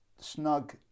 Snug